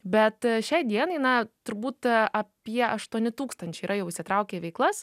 bet šiai dienai na turbūt apie aštuoni tūkstančiai yra jau įsitraukė į veiklas